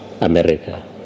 america